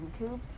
youtube